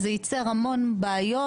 זה ייצר המון בעיות,